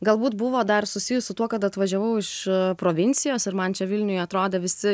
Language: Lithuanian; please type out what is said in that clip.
galbūt buvo dar susijus su tuo kad atvažiavau iš provincijos ir man čia vilniuje atrodė visi